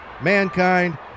Mankind